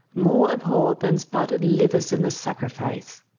more abhorr'd than spotted livers in the sacrifice.